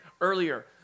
earlier